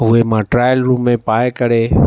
उहे मां trial room में पाइ करे